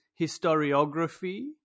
historiography